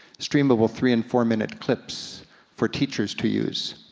streamable three and four minute clips for teachers to use.